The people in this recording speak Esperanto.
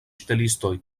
ŝtelistoj